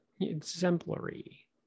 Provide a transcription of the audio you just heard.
exemplary